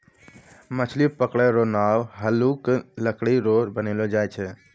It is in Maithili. मछली पकड़ै रो नांव हल्लुक लकड़ी रो बनैलो जाय छै